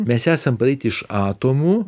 mes esam padaryti iš atomų